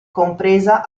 compresa